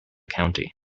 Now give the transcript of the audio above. county